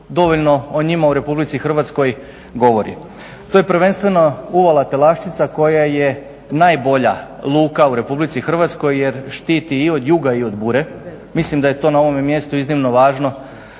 dovoljno o njima u RH govori. To je prvenstveno uvala Telašćica koja je najbolja luka u RH jer štiti i od juga i od bure, mislim da je to na ovome mjestu to iznimno važno